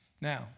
Now